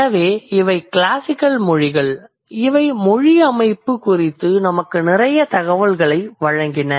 எனவே இவை கிளாசிக்கல் மொழிகள் இவை மொழி அமைப்பு குறித்து நமக்கு நிறைய தகவல்களை வழங்கின